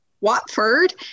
Watford